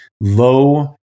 low